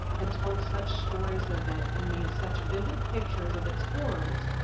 and told such stories of it, and made such vivid pictures of its horrors,